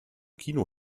kino